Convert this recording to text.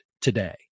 today